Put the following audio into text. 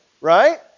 right